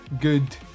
good